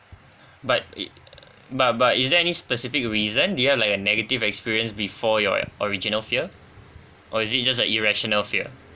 but it but but is there any specific reason do you have like a negative experience before your original fear or is it just a irrational fear